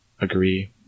agree